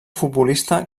futbolista